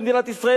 במדינת ישראל,